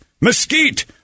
mesquite